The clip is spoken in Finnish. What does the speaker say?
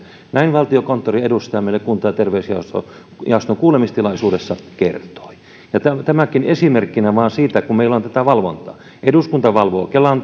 näin valtiokonttorin edustaja meille kunta ja terveysjaoston kuulemistilaisuudessa kertoi ja tämäkin vain esimerkkinä kun meillä on tätä valvontaa eduskunta valvoo kelan